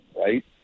right